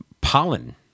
pollen